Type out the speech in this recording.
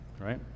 Right